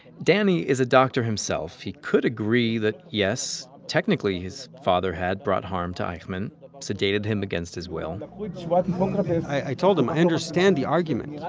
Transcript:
danny is a doctor himself. he could agree that yes, technically, his father had brought harm to eichmann sedated him against his will will i told him, i understand the argument. yeah